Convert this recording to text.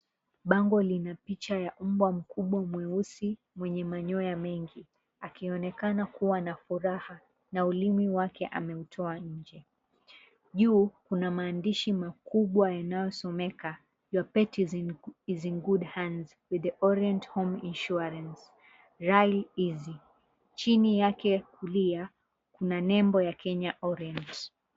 Bango lina picha ya mbwa mkubwa mweusi mwenye manyoya mengi, akionekana kuwa na furaha na ulimi wake ameutoa nje. Juu kuna maandishi makubwa yanayosomeka, "Your pet is in good with the Orient Home Insurance, rally easy" . Chini yake kulia kuna nembo ya Kenya Orient.